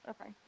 Okay